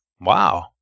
wow